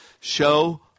Show